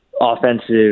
offensive